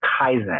kaizen